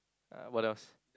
uh what else